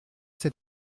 cette